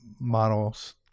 models